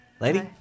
Lady